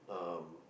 um